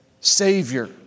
Savior